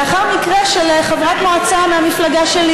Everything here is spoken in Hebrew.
לאחר מקרה של חברת מועצה מהמפלגה שלי,